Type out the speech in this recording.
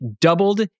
doubled